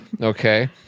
okay